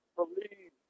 believe